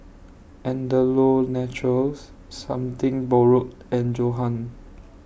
Andalou Naturals Something Borrowed and Johan